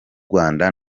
rwanda